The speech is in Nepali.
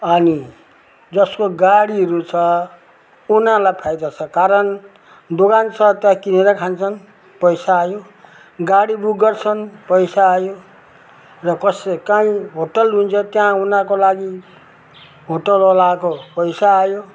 अनि जसको गाडीहरू छ उनीहरूलाई फाइदा छ कारण दोकान छ त किनेर खान्छन् पैसा आयो गाडी बुक गर्छन् पैसा आयो र कसै काहीँ होटल हुन्छ त्यहाँ उनीहरूको लागि होटलवालाको पैसा आयो